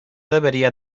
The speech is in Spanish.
debería